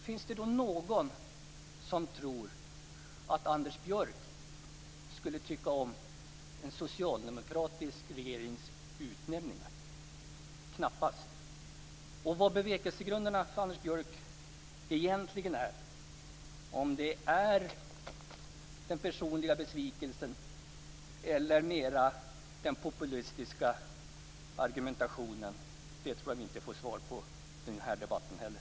Finns det då någon som tror att Anders Björck skulle tycka om en socialdemokratisk regerings utnämningar? Nej, det finns det knappast. Och vilka bevekelsegrunderna egentligen är för Anders Björck, om det är den personliga besvikelsen eller mera den populistiska argumentationen, tror jag inte att vi får något svar på i den här debatten heller.